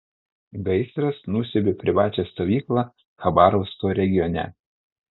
gaisras nusiaubė privačią stovyklą chabarovsko regione